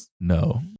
No